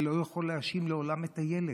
אתה לא יכול להאשים לעולם את הילד.